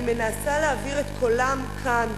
אני מנסה להעביר את קולם כאן,